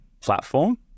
platform